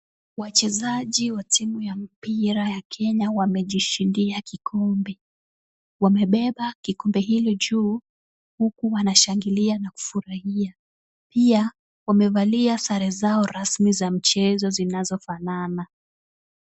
Wachezaji wa timu ya mpira ya Kenya wamejishindia kikombe ,wamebeba kikombe hilo juu huku wanashangilia na kufurahia, pia wamevalia sare zao rasmi za mchezo zinazofanana .